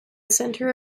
centre